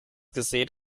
gesehen